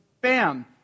Bam